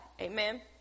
Amen